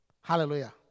Hallelujah